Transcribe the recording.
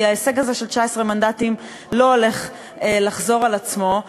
כי ההישג הזה של 19 מנדטים לא הולך לחזור על עצמו.